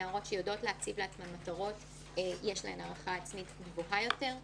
לנערות היודעות להציב לעצמן מטרות יש הערכה עצמית גבוהה יותר.